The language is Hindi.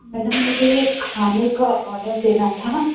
मैडम मुझे खाने का ऑर्डर देना था